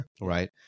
Right